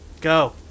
Go